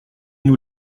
nous